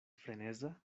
freneza